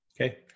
Okay